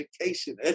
education